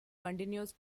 continuous